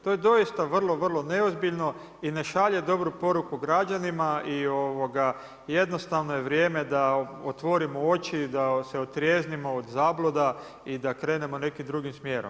To je doista vrlo, vrlo neozbiljno i ne šalje dobru poruku građanima i jednostavno je vrijeme da otvorimo oči, da se otrijeznimo od zabluda i da krenemo nekim drugim smjerom.